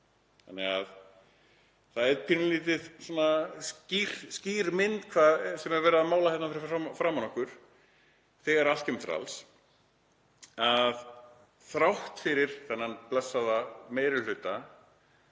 tilraun. Það er pínulítið skýr mynd sem er verið að mála hér fyrir framan okkur þegar allt kemur til alls. Þrátt fyrir þennan blessaða meiri hluta